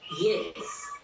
yes